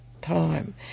time